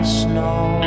snow